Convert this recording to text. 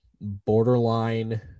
Borderline